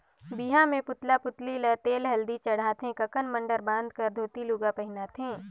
बिहा मे पुतला पुतली ल तेल हरदी चढ़ाथे ककन मडंर बांध कर धोती लूगा पहिनाथें